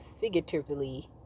figuratively